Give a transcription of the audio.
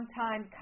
time